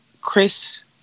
Chris